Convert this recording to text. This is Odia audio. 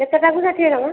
କେତେଟାକୁ ଷାଠିଏ ଟଙ୍କା